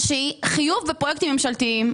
שהיא חיוב בפרויקטים ממשלתיים,